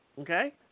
Okay